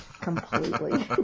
completely